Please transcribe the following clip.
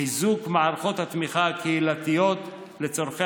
חיזוק מערכות התמיכה הקהילתיות לצורכי